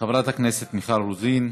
חברת הכנסת מיכל רוזין.